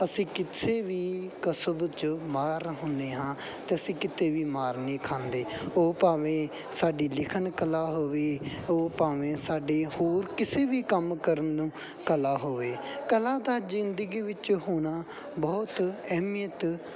ਅਸੀਂ ਕਿਸੇ ਵੀ ਕਸਬ 'ਚ ਮਾਹਰ ਹੁੰਦੇ ਹਾਂ ਅਤੇ ਅਸੀਂ ਕਿਤੇ ਵੀ ਮਾਰ ਨਹੀਂ ਖਾਂਦੇ ਉਹ ਭਾਵੇਂ ਸਾਡੀ ਲਿਖਣ ਕਲਾ ਹੋਵੇ ਉਹ ਭਾਵੇਂ ਸਾਡੀ ਹੋਰ ਕਿਸੇ ਵੀ ਕੰਮ ਕਰਨ ਨੂੰ ਕਲਾ ਹੋਵੇ ਕਲਾ ਦਾ ਜ਼ਿੰਦਗੀ ਵਿੱਚ ਹੋਣਾ ਬਹੁਤ ਅਹਿਮੀਅਤ